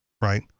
Right